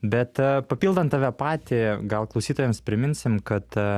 bet papildant tave patį gal klausytojams priminsim kad